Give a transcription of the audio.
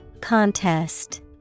Contest